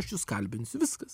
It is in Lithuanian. aš jus kalbinsiu viskas